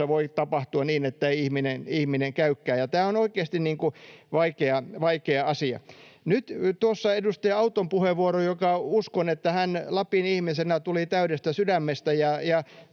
voi tapahtua niin, ettei ihminen käykään, ja tämä on oikeasti vaikea asia. Edustaja Auton puheenvuoroon tuossa: Uskon, että hän Lapin ihmisenä puhui täydestä sydämestä.